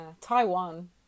Taiwan